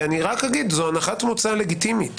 ואני רק אגיד שזו הנחת מוצא לגיטימית.